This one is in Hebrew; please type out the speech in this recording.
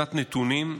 קצת נתונים,